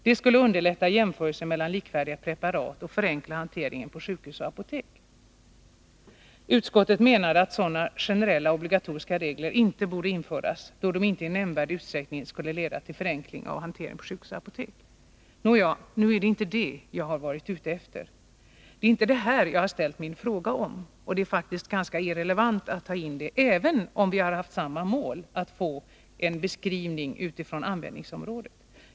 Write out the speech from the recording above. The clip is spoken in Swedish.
Det skulle underlätta jämförelsen mellan likvärdiga preparat och förenkla hanteringen på sjukhus och apotek. Utskottet menade att sådana generella obligatoriska regler inte borde införas, då det i nämnvärd utsträckning inte skulle leda till förenkling av hanteringen på sjukhus och apotek. Nåväl, det är inte detta jag har varit ute efter. Det är inte det här jag har frågat om, och det är faktiskt ganska irrelevant att ta in det, även om vi har haft samma mål: att få en beskrivning utifrån användningsområdet.